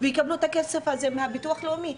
ויקבלו את הכסף הזה מהביטוח הלאומי.